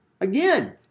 Again